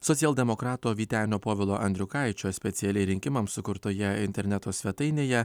socialdemokrato vytenio povilo andriukaičio specialiai rinkimams sukurtoje interneto svetainėje